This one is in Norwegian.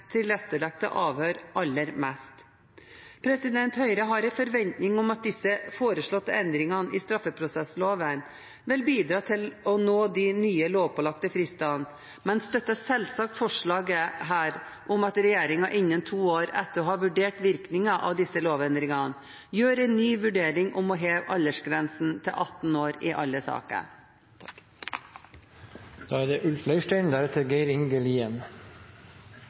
avhør aller mest. Høyre har en forventning om at disse foreslåtte endringene i straffeprosessloven vil bidra til å nå de nye lovpålagte fristene, men støtter selvsagt forslaget her om at regjeringen innen to år – etter å ha vurdert virkningen av disse lovendringene – gjør en ny vurdering av å heve aldersgrensen til 18 år i alle saker. Det er